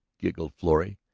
giggled florrie.